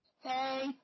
Hey